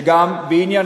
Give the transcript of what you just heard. שזה גם עניינך